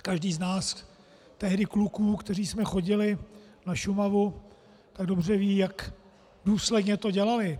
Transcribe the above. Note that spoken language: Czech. Každý z nás, tehdy kluků, kteří jsme chodili na Šumavu, dobře ví, jak důsledně to dělali.